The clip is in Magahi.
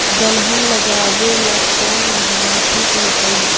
दलहन लगाबेला कौन महिना ठिक होतइ?